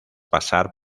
pasar